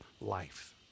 life